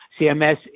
CMS